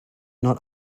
not